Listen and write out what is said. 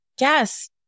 Yes